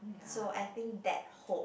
so I think that hope